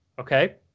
okay